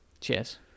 Cheers